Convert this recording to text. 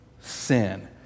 sin